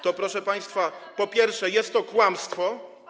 to, proszę państwa, po pierwsze, jest to kłamstwo.